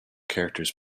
characters